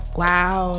wow